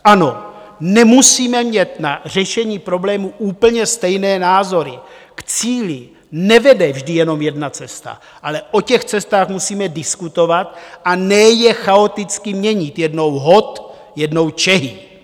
Ano, nemusíme mít na řešení problémů úplně stejné názory, k cíli nevede vždy jenom jedna cesta, ale o těch cestách musíme diskutovat, a ne je chaoticky měnit, jednou hot, jednou čehý.